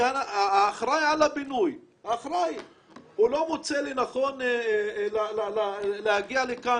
כי האחראי על הבינוי לא מוצא לנכון להגיע לכאן